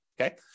Okay